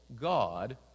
God